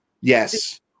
Yes